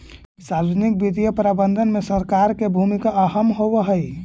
सार्वजनिक वित्तीय प्रबंधन में सरकार के भूमिका अहम होवऽ हइ